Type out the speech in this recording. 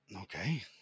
Okay